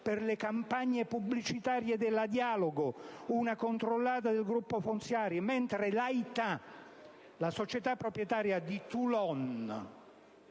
per le campagne pubblicitarie della Dialogo, una controllata del gruppo Fonsai, mentre Laità, la società proprietaria di Toulon,